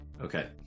Okay